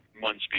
months